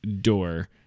door